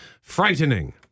frightening